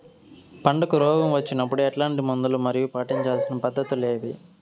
పంటకు రోగం వచ్చినప్పుడు ఎట్లాంటి మందులు మరియు పాటించాల్సిన పద్ధతులు ఏవి?